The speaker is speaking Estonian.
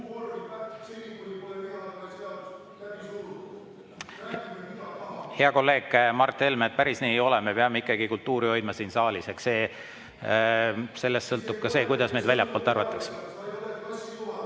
Hea kolleeg Mart Helme, päris nii ei ole. Me peame ikkagi kultuuri hoidma siin saalis. Sellest sõltub ka see, kuidas meie kohta väljastpoolt arvatakse.